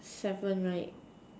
seven right